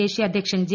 ദേശീയ അധ്യക്ഷൻ ജെ